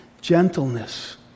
gentleness